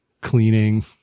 cleaning